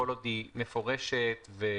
כל עוד היא מפורשת בכתב.